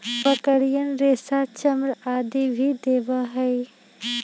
बकरियन रेशा, चर्म आदि भी देवा हई